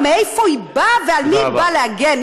מאיפה היא באה ועל מי היא באה להגן?